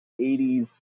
80s